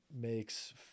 makes